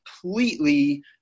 completely